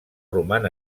roman